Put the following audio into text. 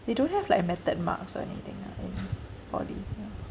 they don't have like a method marks or anything ah in poly ah